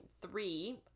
three